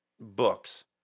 books